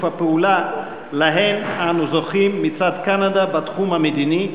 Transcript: הפעולה שלהם אנו זוכים מצד קנדה בתחום המדיני,